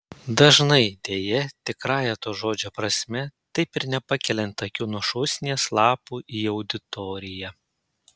dažnai deja tikrąja to žodžio prasme taip ir nepakeliant akių nuo šūsnies lapų į auditoriją